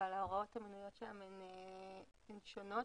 אבל ההוראות המנויות שם הן שונות,